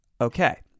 okay